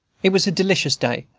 it was a delicious day,